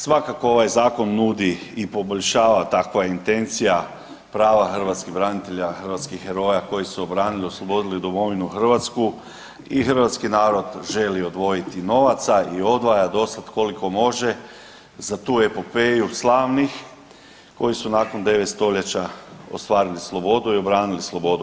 Svakako ovaj zakon nudi i poboljšava, takva je intencija prava hrvatskih branitelja, hrvatskih heroja koji su branili i oslobodili domovinu Hrvatsku i hrvatski narod želi odvojiti novaca i odvaja do sada koliko može za tu epopeju slavnih koji su nakon 9 stoljeća ostvarili slobodu i obranili slobodu.